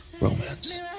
romance